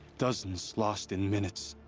dozens lost in minutes.